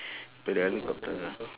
the the helicopter